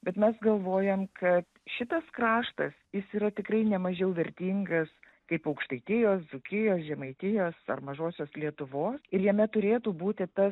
bet mes galvojam kad šitas kraštas jis yra tikrai ne mažiau vertingas kaip aukštaitijos dzūkijos žemaitijos ar mažosios lietuvos ir jame turėtų būti ta